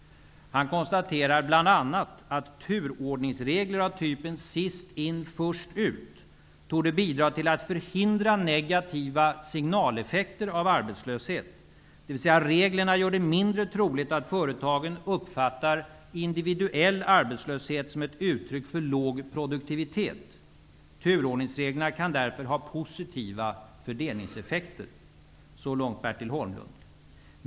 Han konstaterar bl.a. att turordningsregler av typen ''sist in--först ut'' torde ''bidra till att förhindra negativa signaleffekter av arbetslöshet, dvs. reglerna gör det mindre troligt att företagen uppfattar individuell arbetslöshet som ett uttryck för låg produktivitet. Turordningsreglerna kan därför ha positiva fördelningseffekter.''